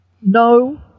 no